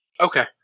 Okay